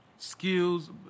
skills